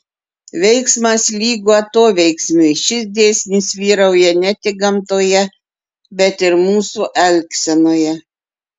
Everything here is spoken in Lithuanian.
veiksmas lygu atoveiksmiui šis dėsnis vyrauja ne tik gamtoje bet ir mūsų elgsenoje